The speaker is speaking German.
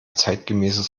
zeitgemäßes